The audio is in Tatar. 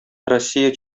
россия